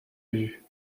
vue